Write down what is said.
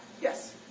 Yes